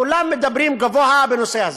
כולם מדברים גבוה בנושא הזה.